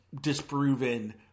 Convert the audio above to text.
disproven